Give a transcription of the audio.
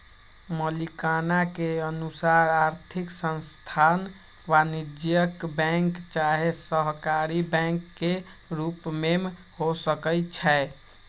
मलिकाना के अनुसार आर्थिक संस्थान वाणिज्यिक बैंक चाहे सहकारी बैंक के रूप में हो सकइ छै